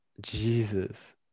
Jesus